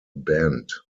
banned